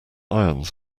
ions